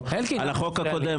על החוק הקודם,